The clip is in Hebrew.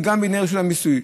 וגם בידי רשות המיסים.